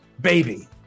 baby